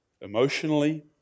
Emotionally